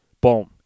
Boom